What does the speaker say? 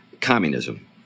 communism